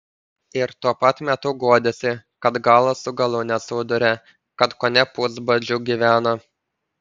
ir tuo pat metu guodėsi kad galo su galu nesuduria kad kone pusbadžiu gyvena